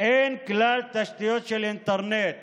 אין כלל תשתית של אינטרנט